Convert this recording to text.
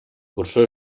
cursó